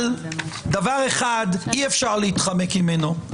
יש דבר אחד שאי-אפשר להתחמק ממנו,